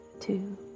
two